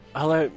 hello